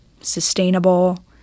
sustainable